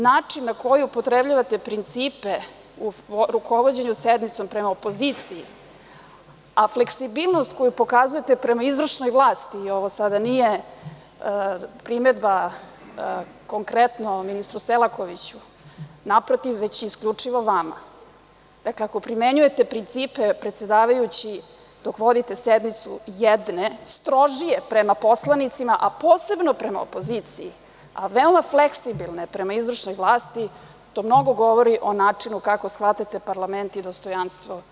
Način na koji upotrebljavate principe u rukovođenju sednicom prema opoziciji a fleksibilnost koju pokazujete prema izvršnoj vlasti, ovo sada nije primedba konkretno ministru Selaković, naprotiv, već isključivo vama, dakle, ako primenjujete principe, predsedavajući, dok vodite sednicu jedne, strožije prema poslanicima a posebno prema opoziciji, a veoma fleksibilne prema izvršnoj vlasti, to mnogo govori o načinu kako shvatate parlament i dostojanstvo ove kuće.